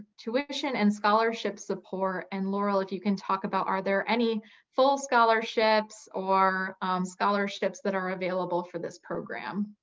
tuition and scholarship support. and laurel, if you can talk about, are there any full scholarships or scholarships that are available for this program?